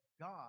God